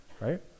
right